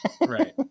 right